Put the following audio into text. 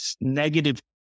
negative